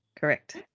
Correct